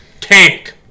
tank